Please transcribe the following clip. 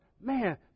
man